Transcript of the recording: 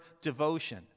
devotion